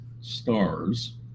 stars